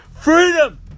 Freedom